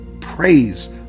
praise